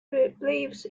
beliefs